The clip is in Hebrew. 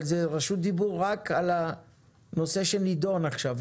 אבל זה רשות דיבור רק על הנושא שנדון עכשיו,